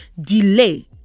delay